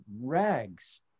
rags